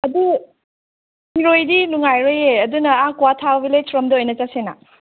ꯑꯗꯨ ꯁꯤꯔꯣꯏꯗꯤ ꯅꯨꯡꯉꯥꯏꯔꯣꯏꯌꯦ ꯑꯗꯨꯅ ꯑꯥ ꯀ꯭ꯋꯥꯊꯥ ꯚꯤꯂꯦꯖ ꯂꯣꯝꯗ ꯑꯣꯏꯅ ꯆꯠꯁꯤꯅ